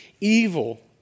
evil